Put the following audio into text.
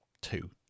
two